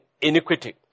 iniquity